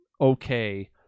okay –